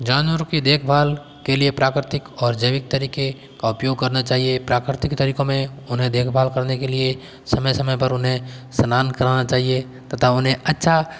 जानवरों की देखभाल के लिए प्राकृतिक और जैविक तरीके का उपयोग करना चाहिए प्रकृति तरीकों में उन्हें देखभाल करने के लिए समय समय पर उन्हें स्नान करना चाहिए तथा उन्हें अच्छा